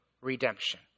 redemption